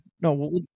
No